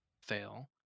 fail